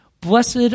Blessed